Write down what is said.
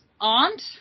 aunt